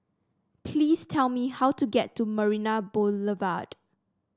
please tell me how to get to Marina Boulevard